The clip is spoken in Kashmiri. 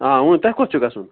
آ وٕ تۄہہِ کوٚت چھُ گژھُن